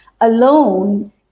alone